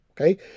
Okay